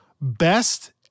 Best